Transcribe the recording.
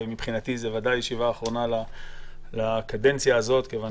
ומבחינתי זו בוודאי ישיבה אחרונה לקדנציה הזאת מכיוון